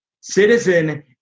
Citizen